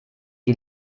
die